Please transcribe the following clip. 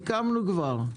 כבר סיכמנו.